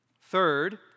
Third